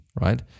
right